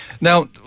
Now